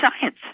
science